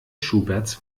schuberts